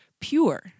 pure